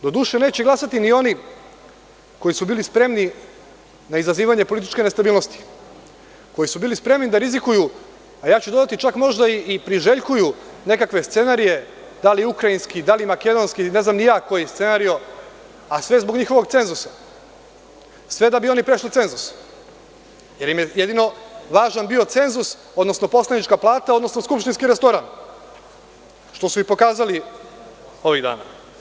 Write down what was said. Doduše, neće glasati ni oni koji su bili spremni na izazivanje političke nestabilnosti, koji su bili spremni da rizikuju, a ja ću dodati čak možda i priželjkuju nekakve scenarije, da li ukrajinski, da li makedonski, ne znam ni ja koji scenario, a sve zbog njihovog cenzusa, sve da bi oni prešli cenzus, jer im je jedino bio važan cenzus, odnosno poslanička plata, odnosno skupštinski restoran, što su i pokazali ovih dana.